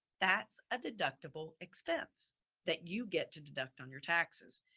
that's a deductible expense that you get to deduct on your taxes.